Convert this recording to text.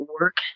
work